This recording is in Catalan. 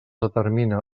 determina